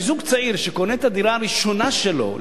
זוג צעיר שקונה את הדירה הראשונה שלו,